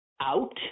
out